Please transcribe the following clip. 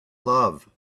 love